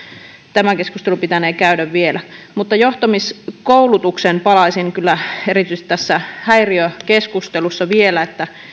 tämä keskustelu pitänee käydä vielä mutta johtamiskoulutukseen palaisin kyllä erityisesti tässä häiriökeskustelussa vielä